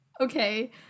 okay